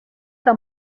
que